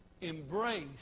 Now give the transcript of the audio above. embrace